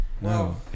No